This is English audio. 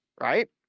right